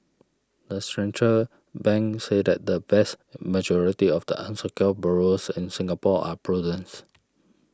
the central bank said that the vast majority of the unsecured borrowers in Singapore are prudent